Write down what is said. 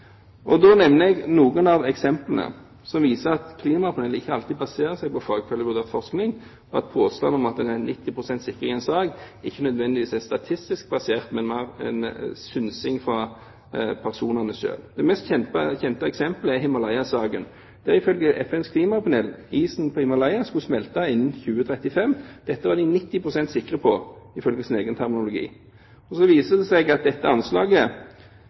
Da nevner jeg noen av eksemplene som viser at klimapanelet ikke alltid baserer seg på fagfellevurdert forskning, og at påstanden om at en er 90 pst. sikker i en sak, ikke nødvendigvis er statistisk basert, men er en synsing fra personene selv. Det mest kjente eksemplet er Himalaya-saken, der isen på Himalaya ifølge FNs klimapanel skulle smelte innen 2035. Dette var de 90 pst. sikre på, ifølge sin egen terminologi. Så viser det seg at dette anslaget